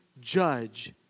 judge